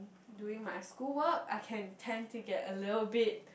doing my school work I can tend to get a little bit